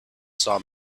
saw